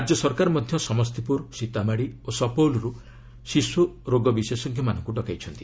ରାଜ୍ୟ ସରକାର ମଧ୍ୟ ସମସ୍ତିପୁର ସୀତାମାଢ଼ି ଓ ସପଉଲ୍ରୁ ଶିଶୁ ରୋଗ ବିଶେଷଜ୍ଞମାନଙ୍କୁ ଡକାଇଛନ୍ତି